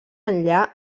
enllà